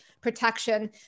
protection